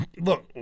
look